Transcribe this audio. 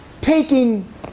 taking